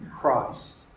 Christ